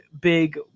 big